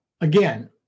again